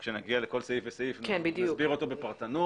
שכאשר נגיע לכל סעיף וסעיף, נסביר אותו בפרטנות.